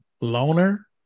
Loner